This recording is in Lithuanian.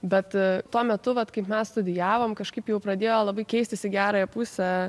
bet tuo metu vat kaip mes studijavom kažkaip jau pradėjo labai keistis į gerąją pusę